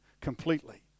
completely